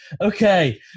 okay